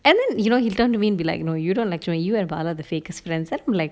and then you know he turn to me be like you don't lecture me you and bala the fakest friends I mean like